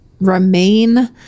remain